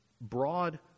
broad